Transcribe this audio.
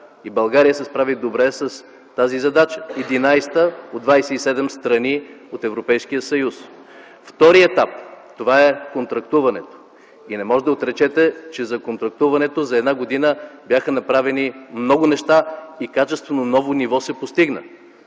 България се справи добре с тази задача – 11-а от 27-те страни от Европейския съюз. Вторият етап, това е контрактуването и не можете да отречете, че за контрактуването за една година бяха направени много неща и се постигна